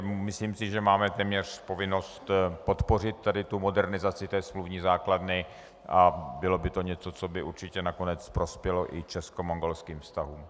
Myslím si, že máme téměř povinnost podpořit modernizaci smluvní základny a bylo by to něco, co by určitě nakonec prospělo i českomongolským vztahům.